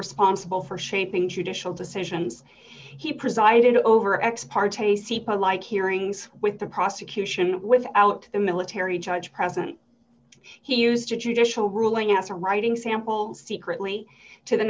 responsible for shaping judicial decisions he presided over ex parte sepia like hearings with the prosecution without the military judge present he used a judicial ruling as a writing sample secretly to the